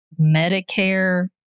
Medicare